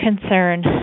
concern